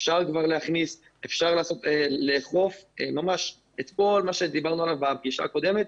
אפשר להכניס ואפשר לאכוף את כל מה שדיברנו עליו בפגישה הקודמת,